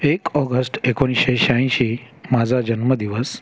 एक ऑगस्ट एकोणीसशे शहाऐंशी माझा जन्मदिवस